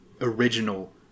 original